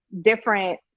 different